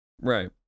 Right